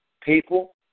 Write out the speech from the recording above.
people